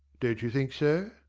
don't you think so?